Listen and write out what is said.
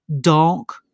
dark